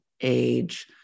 age